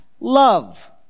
love